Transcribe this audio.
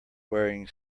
wearing